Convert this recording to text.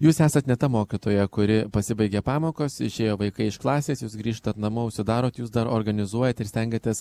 jūs esat ne ta mokytoja kuri pasibaigė pamokos išėjo vaikai iš klasės jūs grįžtat namo užsidarot jūs dar organizuojat ir stengiatės